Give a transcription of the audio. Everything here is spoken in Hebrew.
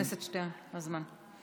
חבר הכנסת שטרן, הזמן.